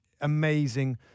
amazing